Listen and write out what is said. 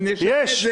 יש.